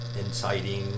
inciting